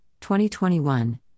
2021